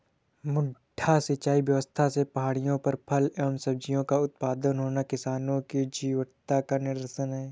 मड्डा सिंचाई व्यवस्था से पहाड़ियों पर फल एवं सब्जियों का उत्पादन होना किसानों की जीवटता का निदर्शन है